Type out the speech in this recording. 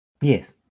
Yes